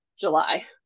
July